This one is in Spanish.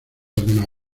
alguna